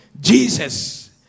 Jesus